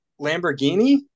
Lamborghini